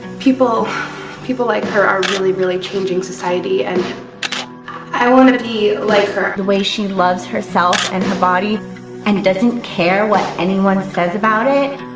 people people like her are really, really changing society, and i wanna be like her. the way she loves herself and her body and doesn't care what anyone says about it.